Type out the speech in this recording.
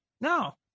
No